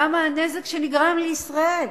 למה הנזק שנגרם לישראל?